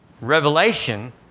Revelation